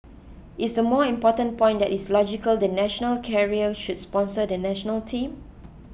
is the more important point that it is logical the national carrier should sponsor the National Team